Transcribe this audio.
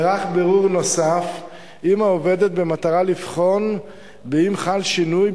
במועד פתיחת החקירה נערך בירור נוסף עם העובדת במטרה לבחון אם חל שינוי,